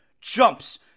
jumps